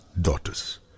daughters